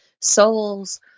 soul's